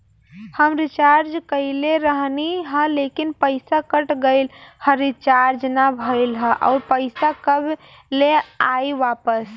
हम रीचार्ज कईले रहनी ह लेकिन पईसा कट गएल ह रीचार्ज ना भइल ह और पईसा कब ले आईवापस?